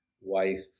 wife